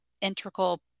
integral